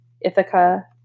Ithaca